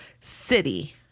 city